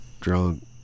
Drunk